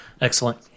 Excellent